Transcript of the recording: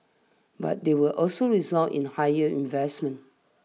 but they will also result in higher investments